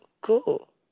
cool